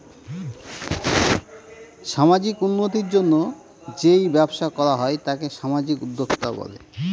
সামাজিক উন্নতির জন্য যেই ব্যবসা করা হয় তাকে সামাজিক উদ্যোক্তা বলে